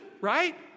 Right